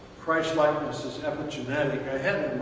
christlikeness as epigenetic, i